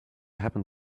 happen